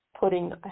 putting